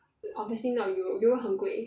obviously not europe europe 很贵